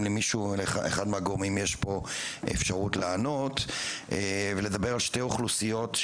אם לאחד מהגורמים יש פה אפשרות לענות ולדבר על שתי אוכלוסיות,